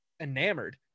enamored